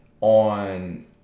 on